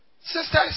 Sisters